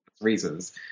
reasons